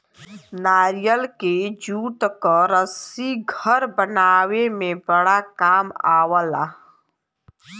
नारियल के जूट क रस्सी घर बनावे में बड़ा काम आवला